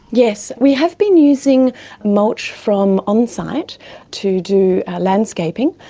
yes, we have been using mulch from on site to do landscaping.